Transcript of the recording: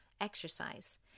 Exercise